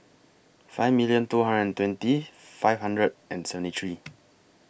five million two hundred and twenty five hundred and seventy three